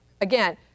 Again